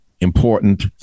important